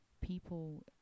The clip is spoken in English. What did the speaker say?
people